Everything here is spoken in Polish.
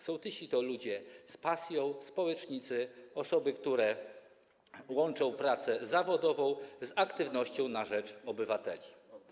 Sołtysi to ludzie z pasją, społecznicy, osoby, które łączą pracę zawodową z aktywnością na rzecz obywateli.